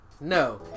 No